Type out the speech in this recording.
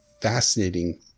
fascinating